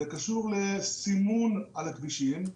זה קשור לסימון על הכבישים.